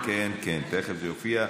כן, כן, כן, תכף זה יופיע.